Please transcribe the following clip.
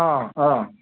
ꯑꯥ ꯑꯥ